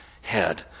head